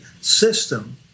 system